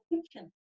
fiction